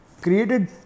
created